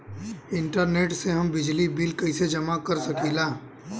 Internet से हम बिजली बिल कइसे जमा कर सकी ला?